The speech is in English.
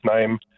name